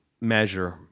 measure